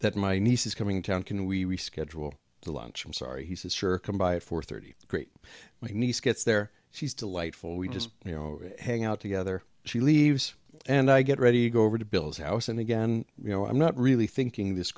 that my niece is coming to town can we reschedule the lunch i'm sorry he said sure come by four thirty great my niece gets there she's delightful we just you know hang out together she leaves and i get ready to go over to bill's house and again you know i'm not really thinking this